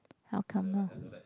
how come no